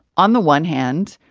on the one hand,